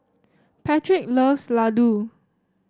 Patric loves Ladoo